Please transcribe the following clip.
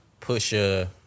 Pusha